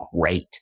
great